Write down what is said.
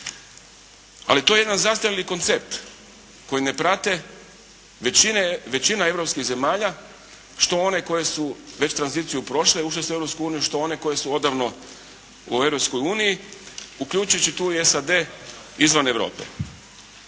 Ali to je jedan zastarjeli koncept koji ne prate većina europskih zemalja, što one koje su već tranziciju prošle, ušle su u Europsku uniju, što one koje su odavno u Europskoj uniji, uključujući tu i SAD izvan Europe.